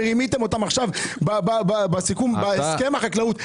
ורימיתם אותם עכשיו בהסכם עם החקלאות.